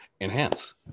Enhance